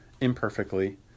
imperfectly